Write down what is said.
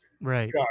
right